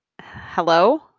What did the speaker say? Hello